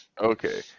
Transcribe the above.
Okay